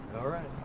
alright.